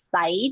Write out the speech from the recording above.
side